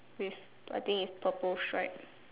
with I think it's purple stripe